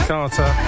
Carter